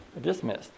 Dismissed